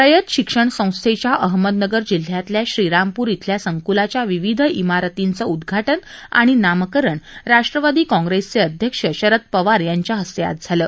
रयत शिक्षण संस्थेच्या अहमदनगर जिल्ह्यातल्या श्रीरामपूर इथल्या संक्लाच्या विविध इमारतींचं उदघाटन आणि नामकरण राष्ट्रवादी कॉग्रेसचे अध्यक्ष शरद पवार यांच्या हस्ते आज झालं